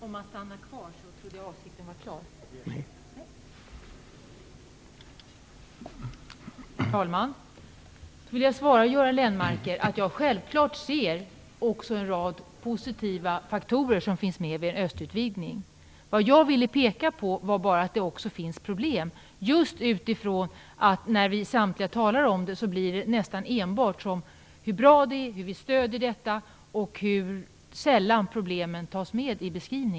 Herr talman! Jag vill svara Göran Lennmarker att jag självklart också ser att det finns en rad positiva faktorer med vid en östutvidgning. Det jag ville peka på var bara att det också finns problem. När samtliga av oss talar om detta blir det nästan enbart om hur bra det är och hur vi stöder detta. Det är sällan problemen tas med i beskrivningen.